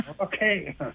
Okay